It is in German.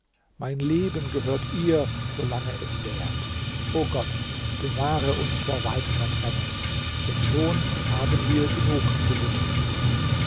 mein leben gehört ihr solange es währt o gott bewahre uns vor weiterer trennung denn schon haben wir genug gelitten